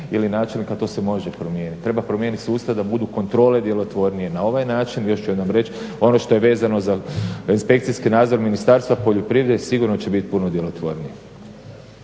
ili načelnika. To se može promijeniti. Treba promijeniti sustav da budu kontrole djelotvornije na ovaj način. Još ću jednom reć ono što je vezano za inspekcijski nadzor Ministarstva poljoprivrede sigurno će biti puno djelotvornije.